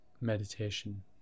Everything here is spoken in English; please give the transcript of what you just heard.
meditation